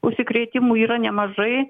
užsikrėtimų yra nemažai